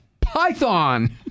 Python